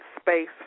space